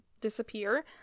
disappear